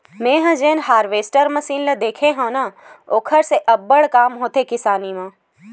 मेंहा जेन harvester machine ल देखे हव न ओखर से अब्बड़ काम होथे किसानी मन